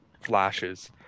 flashes